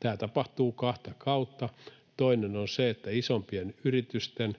Tämä tapahtuu kahta kautta. Toinen on se, että isompien yritysten